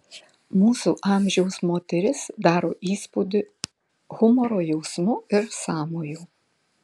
mūsų amžiaus moteris daro įspūdį humoro jausmu ir sąmoju